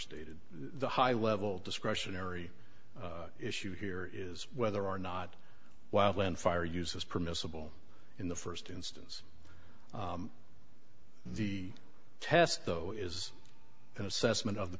stated the high level discretionary issue here is whether or not wild land fire use is permissible in the first instance the test though is an assessment of the